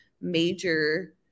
major